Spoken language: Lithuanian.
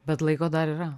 bet laiko dar yra